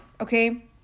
okay